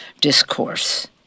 discourse